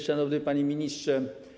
Szanowny Panie Ministrze!